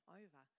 over